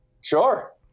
Sure